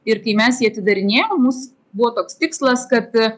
ir kai mes jį atidarinėjom mūsų buvo toks tikslas kad